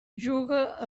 juga